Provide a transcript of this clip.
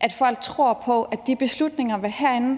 at folk tror på, at de beslutninger, vi tager herinde,